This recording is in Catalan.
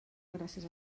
gràcies